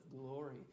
glory